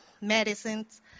medicines